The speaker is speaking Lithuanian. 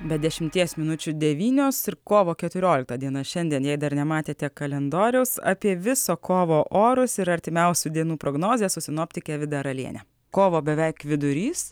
be dešimies minučių devynios ir kovo keturiolikta diena šiandien jei dar nematėte kalendoriaus apie viso kovo orus ir artimiausių dienų prognozes su sinoptike vida raliene kovo beveik vidurys